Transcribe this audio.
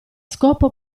scopo